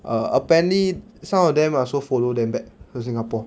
err apparently some of them ah also follow them back to singapore